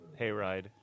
hayride